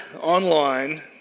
online